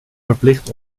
verplicht